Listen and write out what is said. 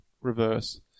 reverse